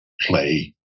play